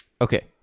Okay